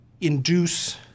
induce